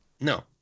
No